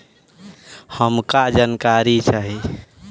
हमका जानकारी चाही?